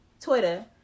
Twitter